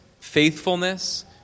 faithfulness